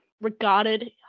regarded